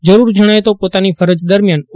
જરૂર જણાય તો પોતાની ફરજ દરમ્યાન ઓ